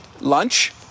lunch